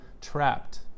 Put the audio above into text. trapped